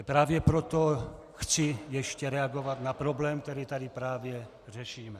Právě proto chci ještě reagovat na problém, který tady právě řešíme.